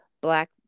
black